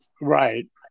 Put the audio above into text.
Right